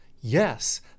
Yes